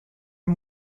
are